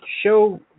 show